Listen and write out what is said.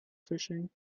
fishing